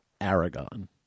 Aragon